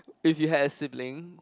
if you had a sibling